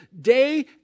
day